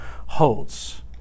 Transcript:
holds